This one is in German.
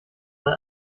man